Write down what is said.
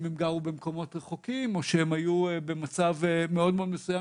אם הם גרו במקומות רחוקים או שהם היו במצב מאוד מאוד מסוים